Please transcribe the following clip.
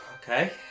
Okay